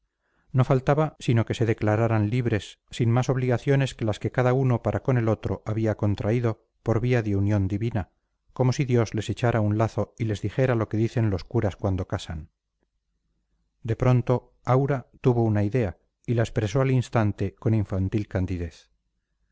no faltaba sino que se declararan libres sin más obligaciones que las que cada uno para con el otro había contraído por vía de unión divina como si dios les echara un lazo y les dijera lo que dicen los curas cuando casan de pronto aura tuvo una idea y la expresó al instante con infantil candidez